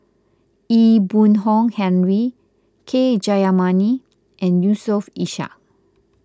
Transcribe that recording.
Ee Boon Kong Henry K Jayamani and Yusof Ishak